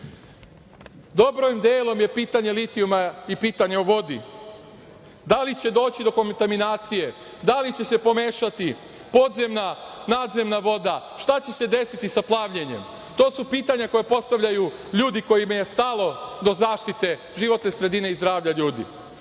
tome. Dobrim delom je pitanje litijuma i pitanje o vodi. Da li će doći do kontaminacije, da li će se pomešati podzemna, nadzemna voda, šta će se desiti sa plavljenjem? To su pitanja koja postavljaju ljudi kojima je stalo do zaštite životne sredine i zdravlja ljudi. Samo